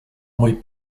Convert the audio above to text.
mój